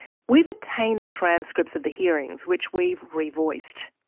we've obtained the transcripts of the hearings, which we've re-voiced.